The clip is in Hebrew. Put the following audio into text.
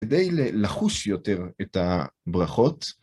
כדי ל..לחוש יותר את הברכות..